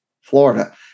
Florida